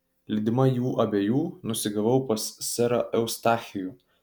lydima jų abiejų nusigavau pas serą eustachijų